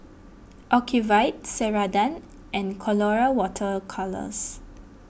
Ocuvite Ceradan and Colora Water Colours